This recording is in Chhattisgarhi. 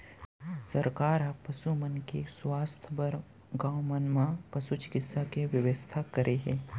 सरकार ह पसु मन के सुवास्थ बर गॉंव मन म पसु चिकित्सा के बेवस्था करे हे